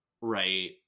right